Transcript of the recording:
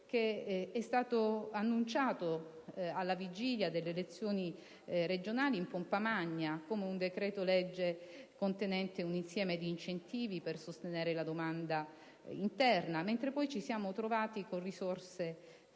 che è stato annunciato alla vigilia delle elezioni regionali in pompa magna, come un decreto‑legge contenente un insieme di incentivi per sostenere la domanda interna. Al contrario, ci siamo poi trovati con risorse scarse